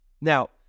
Now